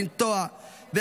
נפל על